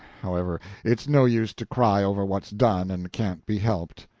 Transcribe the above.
however, it's no use to cry over what's done and can't be helped.